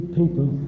people